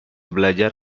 belajar